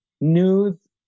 News